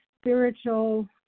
spiritual